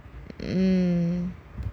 um